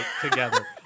together